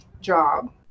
job